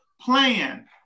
plan